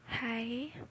Hi